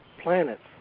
planets